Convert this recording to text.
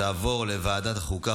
לוועדת החוקה,